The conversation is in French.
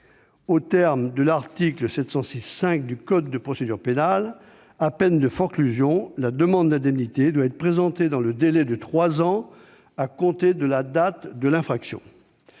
Aux termes de l'article 706-5 du code de procédure pénale, à peine de forclusion, la demande d'indemnité doit être présentée dans un délai de trois ans à compter de la date de l'infraction.